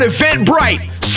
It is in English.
Eventbrite